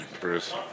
Bruce